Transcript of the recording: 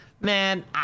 man